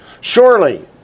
Surely